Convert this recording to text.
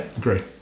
Great